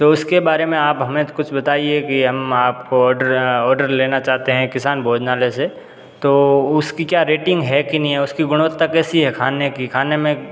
तो उसके बारे में आप हमें कुछ बताइए कि हम आपको ऑर्डर ऑडर लेना चाहते हैं किसान भोजनालय से तो उसकी क्या रेटिंग है कि नहीं है उसकी गुणवत्ता कैसी है खाने की खाने में